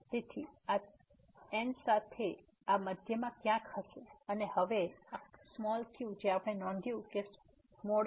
તેથી આતે આ N સાથે આ મધ્યમાં ક્યાંક હશે અને હવે આ q જે આપણે નોંધ્યું કે xN1 છે